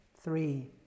three